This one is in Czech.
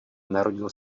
narodil